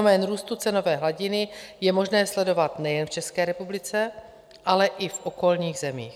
Fenomén růstu cenové hladiny je možné sledovat nejen v České republice, ale i v okolních zemích.